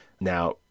Now